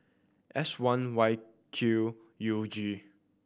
S one Y Q U G